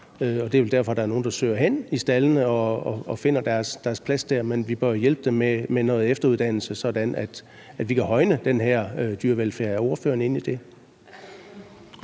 derfor, at der er nogle, der søger hen i staldene og finder deres plads der. Men vi bør hjælpe dem med noget efteruddannelse, sådan at vi kan højne den her dyrevelfærd. Er ordføreren enig i det?